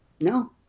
No